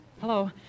Hello